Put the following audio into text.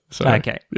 Okay